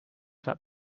that